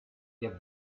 der